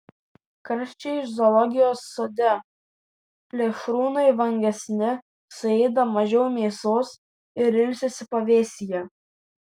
karščiai zoologijos sode plėšrūnai vangesni suėda mažiau mėsos ir ilsisi pavėsyje